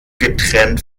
getrennt